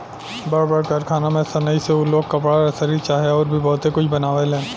बड़ बड़ कारखाना में सनइ से उ लोग कपड़ा, रसरी चाहे अउर भी बहुते कुछ बनावेलन